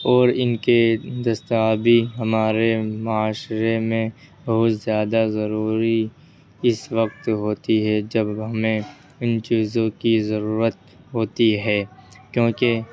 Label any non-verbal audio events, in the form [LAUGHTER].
اور ان کے [UNINTELLIGIBLE] ہمارے معاشرے میں بہت زیادہ ضروری اس وقت ہوتی ہے جب ہمیں ان چیزوں کی ضرورت ہوتی ہے کیونکہ